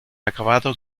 acabado